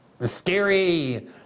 scary